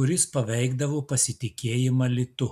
kuris paveikdavo pasitikėjimą litu